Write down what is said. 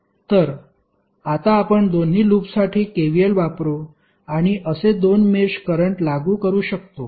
तर आता आपण दोन्ही लूपसाठी KVL वापरू आणि असे दोन मेष करंट लागू करू शकतो